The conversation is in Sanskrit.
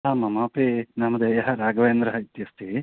आम् ममापि नामधेयं राघवेन्द्रः इत्यस्ति